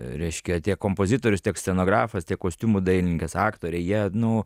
reiškia tiek kompozitorius tiek scenografas tiek kostiumų dailininkas aktoriai jie nu